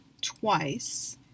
twice